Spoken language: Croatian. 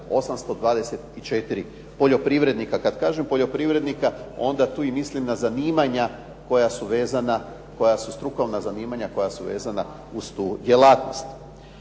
39824 poljoprivrednika. Kad kažem poljoprivrednika onda tu i mislim na zanimanja koja su vezana, koja su